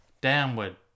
downward